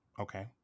Okay